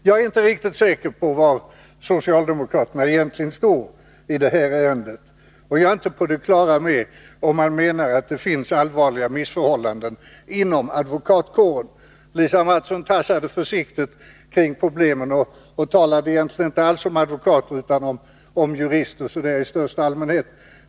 Jag är inte riktigt säker på var socialdemokraterna egentligen står i det här ärendet, och jag är inte på det klara med om man menar att det finns allvarliga missförhållanden inom advokatkåren. Lisa Mattson tassade försiktigt kring problemen och talade egentligen inte alls om advokater utan om jurister så där i största allmänhet.